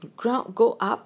the crowd go up